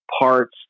parts